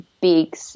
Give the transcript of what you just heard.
big